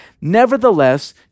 Nevertheless